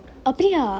அப்டியா:apdiyaa